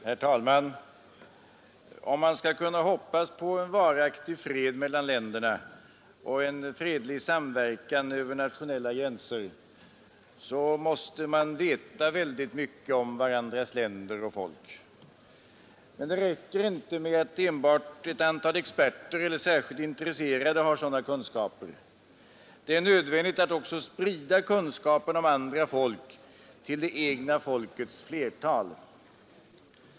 Herr talman! Om vi skall kunna hoppas på varaktig fred mellan länder och fredlig samverkan över nationella gränser måste vi veta väldigt mycket om varandras länder och folk. Men det räcker inte att enbart ett antal experter eller särskilt intresserade har sådana kunskaper. Det är nödvändigt att också sprida kunskaperna om andra folk till det egna folkets flertal.